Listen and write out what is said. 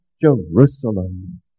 Jerusalem